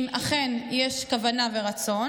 שאם אכן יש כוונה ורצון,